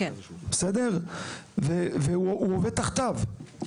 והוא עובד תחתיו.